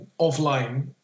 offline